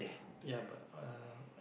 ya but uh what